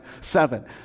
Seven